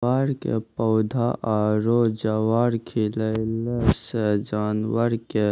ज्वार के पौधा आरो ज्वार खिलैला सॅ जानवर के